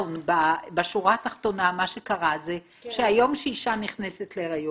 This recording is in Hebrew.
בשורה התחתונה מה שקרה זה שהיום כשאישה נכנסת להריון